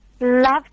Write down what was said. love